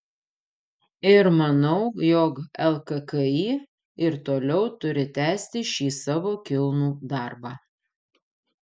ir manau jog lkki ir toliau turi tęsti šį savo kilnų darbą